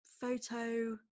photo